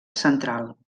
central